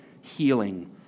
healing